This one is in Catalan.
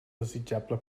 desitjable